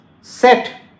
set